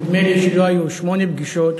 נדמה לי שלא היו שמונה פגישות,